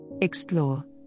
Explore